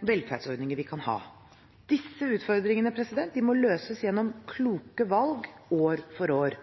velferdsordninger vi kan ha. Disse utfordringene må løses gjennom kloke valg år for år.